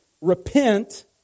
repent